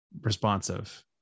responsive